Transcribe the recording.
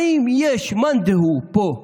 האם יש מאן דהו פה,